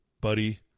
buddy